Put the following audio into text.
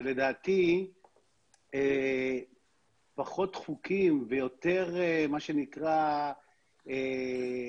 לדעתי פחות חוקים ויותר מה שנקרא הסברה,